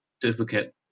duplicate